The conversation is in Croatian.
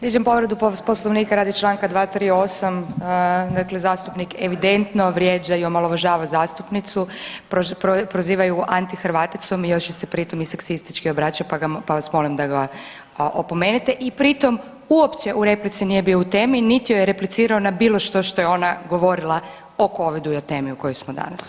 Dižem povredu Poslovnika radi čl. 238., dakle zastupnik evidentno vrijeđa i omalovažava zastupnicu, proziva ju anti Hrvaticom i još joj se pri tom i seksistički obraća, pa vas molim da ga opomenete i pri tom uopće u replici nije bio u temi, niti joj je replicirao na bilo što što je ona govorila o covidu i o temi u kojoj smo danas.